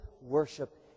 worship